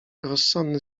rozsądny